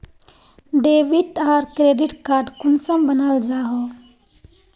Debit आर credit card कुंसम बनाल जाहा?